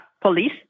police